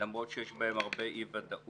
למרות שיש בהם הרבה אי-ודאות.